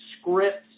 scripts